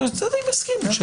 שהצדדים יסכימו.